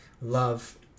love